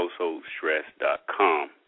householdstress.com